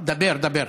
דבר, דבר.